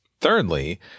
Thirdly